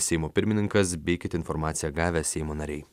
seimo pirmininkas bei kiti informaciją gavę seimo nariai